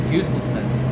uselessness